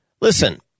Listen